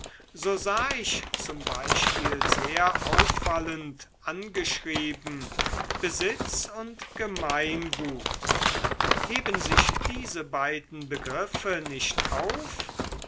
so sah ich z b sehr auffallend angeschrieben besitz und gemeingut heben sich diese beiden begriffe nicht auf